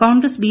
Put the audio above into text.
Congress B